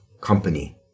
company